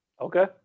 Okay